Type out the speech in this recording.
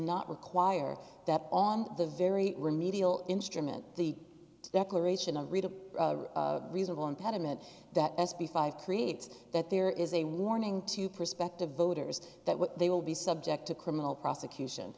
not require that on the very remedial instrument the declaration of reasonable impediment that s b five creates that there is a warning to prospective voters that what they will be subject to criminal prosecution